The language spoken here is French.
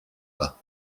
pas